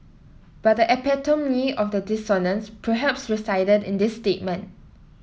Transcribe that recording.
but the epitome of the dissonance perhaps resided in this statement